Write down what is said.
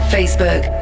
Facebook